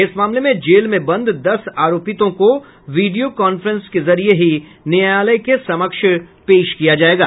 इस मामले में जेल में बंद दस आरोपितों को वीडियो कांफ्रेंस के जरिये ही न्यायालय के समक्ष पेश किया जायेगा